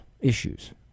issues